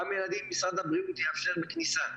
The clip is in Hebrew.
כמה ילדים משרד הבריאות יאפשר בכניסה.